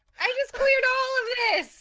i? just cleared all of it